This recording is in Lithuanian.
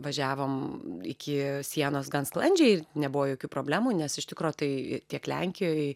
važiavom iki sienos gan sklandžiai ir nebuvo jokių problemų nes iš tikro tai tiek lenkijoj